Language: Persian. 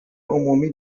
عمومی